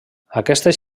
aquestes